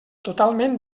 totalment